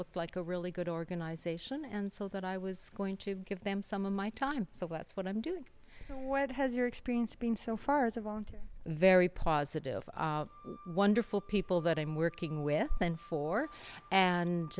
looked like a really good organization and so that i was going to give them some of my time so that's what i'm doing what has your experience been so far as a volunteer very positive wonderful people that i'm working with and for